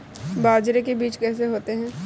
बाजरे के बीज कैसे होते हैं?